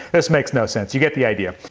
this makes no sense, you get the idea.